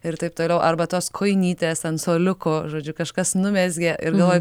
ir taip toliau arba tos kojinytės ant suoliukų žodžiu kažkas numezgė ir galvoji